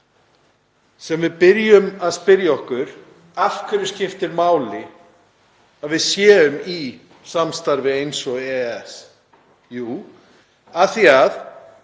sem við byrjum að spyrja okkur af hverju það skipti máli að við séum í samstarfi eins og EES. Jú, af því að